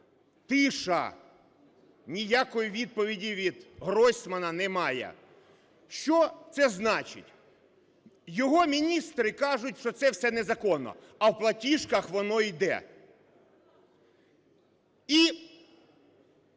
тиша, ніякої відповіді від Гройсмана немає. Що це значить? Його міністри кажуть, що це все незаконне, а в платіжках воно йде. І